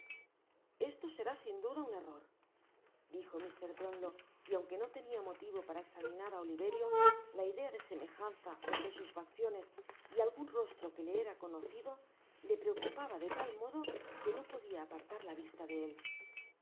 esto será sin duda un error dijo mr brownlow y aunque no tenia motivo para examinar á oliverio la idea de semejanza entre sus facciones y algun rostro que le era conocido le preocupaba de tal modo que no podia apartar la vista de él no